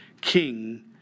king